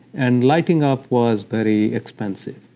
and lighting up was very expensive.